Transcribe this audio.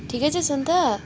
ठिकै छस् अन्त